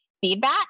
feedback